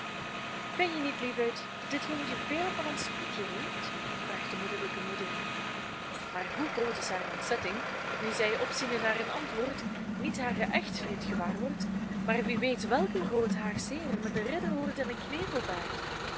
vinje niet lieverd dat dit jongetje veel van ons pietje heeft vraagt de moederlijke moeder maar hoe groot is hare ontzetting nu zij opziende naar een antwoord niet haren echtvriend gewaarwordt maar wie weet welk een groot haagsch heer met een ridderorde en een